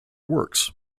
works